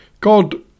God